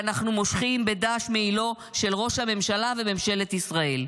ואנחנו מושכים בדש מעילם של ראש הממשלה וממשלת ישראל.